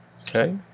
Okay